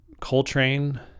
Coltrane